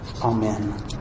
Amen